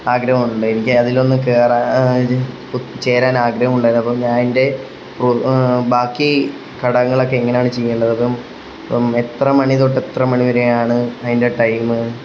ആഗ്രഹമുണ്ട് എനിക്കതിലൊന്ന് കയറാൻ ഒന്ന് ചേരാൻ ആഗ്രഹമുണ്ടായിരുന്നു അപ്പം ഞാൻ എൻ്റെ പ്രൂഫ് ബാക്കി ഘടങ്ങളൊക്കെ എങ്ങനെയാണ് ചെയ്യേണ്ടതും അപ്പം എത്ര മണി തൊട്ട് എത്ര മണി വരെയാണ് അതിൻ്റെ ടൈമ്